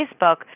Facebook